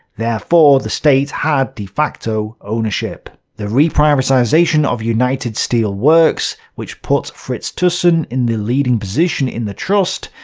therefore the state had de facto ownership. the reprivatization of united steel works, which put fritz thyssen in the leading position in the trust,